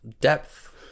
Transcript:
depth